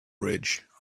bridge